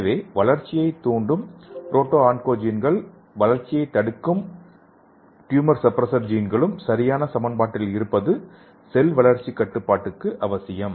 எனவே வளர்ச்சியைத் தூண்டும் புரோட்டோ ஆன்கோஜென்களும் வளர்ச்சியை தடுக்கும் ட்யூமர் சப்ரசர் ஜீன்களும் சரியான சமன்பாட்டில் இருப்பது செல் வளர்ச்சி கட்டுப்பாட்டுக்கு அவசியம்